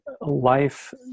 life